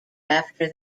after